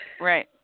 Right